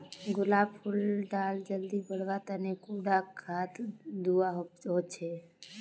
गुलाब फुल डा जल्दी बढ़वा तने कुंडा खाद दूवा होछै?